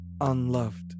unloved